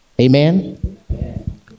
Amen